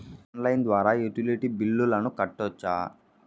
Online ద్వారా utility బిల్లులను కట్టొచ్చా?